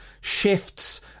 shifts